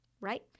right